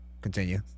continue